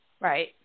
Right